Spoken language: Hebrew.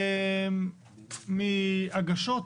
מהגשות